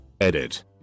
Edit